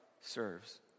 serves